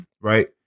right